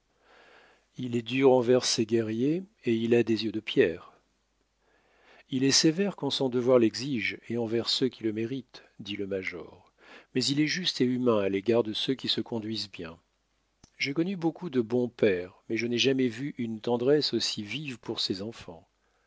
il est dur envers ses guerriers et il a des yeux de pierre il est sévère quand son devoir l'exige et envers ceux qui le méritent dit le major mais il est juste et humain à l'égard de ceux qui se conduisent bien j'ai connu beaucoup de bons pères mais je n'ai jamais vu une tendresse aussi vive pour ses enfants